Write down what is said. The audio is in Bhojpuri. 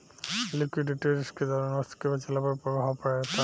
लिक्विडिटी रिस्क के दौरान वस्तु के बेचला पर प्रभाव पड़ेता